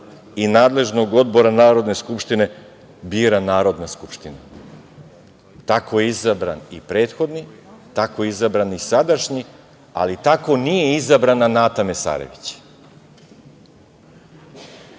i nadležnog odbora Narodne skupštine bira Narodna skupština. Tako je izabran i prethodni, tako je izabran i sadašnji, ali tako nije izabrana Nata Mesarović. Ja